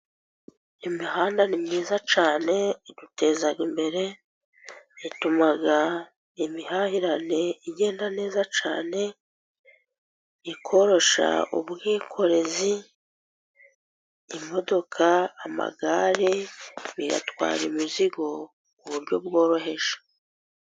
Imihanda ni myiza cyane iduteza imbere, ituma imihahirane igenda neza cyane, ikoroshya ubwikorezi, imodoka, amagare bitwara imizigo mu buryo bworoheje.